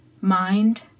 Mind